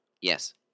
Yes